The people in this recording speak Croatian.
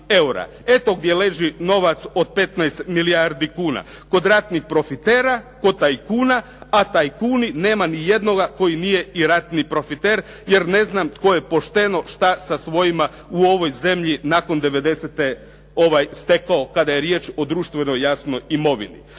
Eto gdje leži novac od 15 milijardi kuna. kod ratnih profitera, kod tajkuna, a tajkuni nema ni jednog koji nije i ratni profiter, jer ne znam tko je pošteno što sa svojima u ovoj zemlji nakon '90. stekao kada je riječ o društvenoj jasno imovini.